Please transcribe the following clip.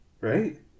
right